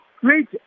great